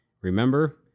remember